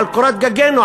על קורת הגג שלנו,